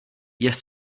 jest